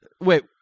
Wait